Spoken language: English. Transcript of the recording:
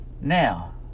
Now